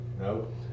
Nope